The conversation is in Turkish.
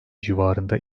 civarında